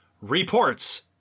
reports